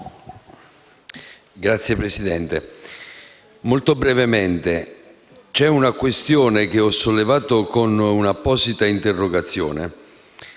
intervengo molto brevemente. C'è una questione che ho sollevato con un'apposita interrogazione